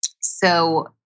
So-